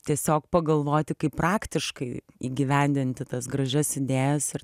tiesiog pagalvoti kaip praktiškai įgyvendinti tas gražias idėjas ir